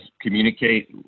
communicate